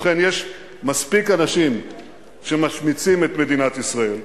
ובכן, יש מספיק אנשים שמשמיצים את מדינת ישראל.